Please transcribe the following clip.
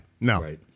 no